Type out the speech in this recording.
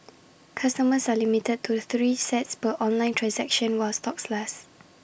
customers are limited to three sets per online transaction while stocks last